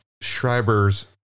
Schreiber's